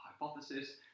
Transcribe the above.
hypothesis